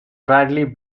bradley